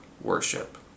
worship